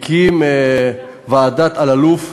הקים את ועדת אלאלוף,